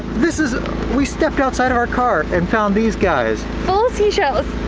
this is we stepped outside of our car and found these guys! full seashells!